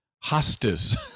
hostis